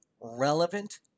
Relevant